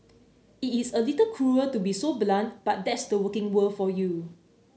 it's a little cruel to be so blunt but that's the working world for you